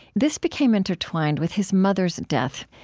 this became intertwined with his mother's death,